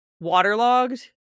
waterlogged